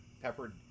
peppered